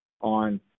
on